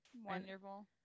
Wonderful